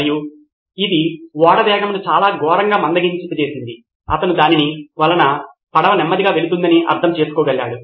మరియు ఇది ఓడ వేగంను చాలా ఘోరంగా మందగించింది అతను దాని వలన పడవ నెమ్మదిగా వెళుతున్నదని అర్థం చేసుకోగలిగాడు